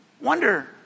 Wonder